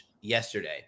yesterday